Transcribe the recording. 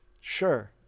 Sure